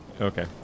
Okay